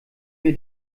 mir